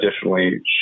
additionally